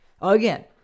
again